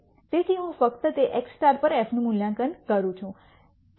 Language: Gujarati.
તેથી હું ફક્ત તે x પર f નું મૂલ્યાંકન કરું છું